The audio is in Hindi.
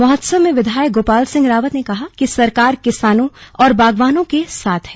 महोत्सव में विधायक गोपाल सिंह रावत ने कहा कि सरकार किसानों और बागवानों के साथ है